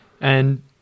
And-